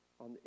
on